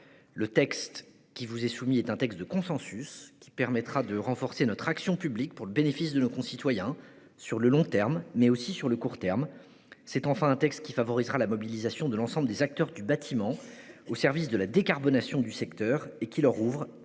Le texte qui vous est soumis est un texte de consensus, qui permettra de renforcer notre action publique pour le bénéfice de nos concitoyens, sur le long terme, mais aussi sur le court terme. Il favorisera également la mobilisation de l'ensemble des acteurs du bâtiment, au service de la décarbonation du secteur, et leur ouvrira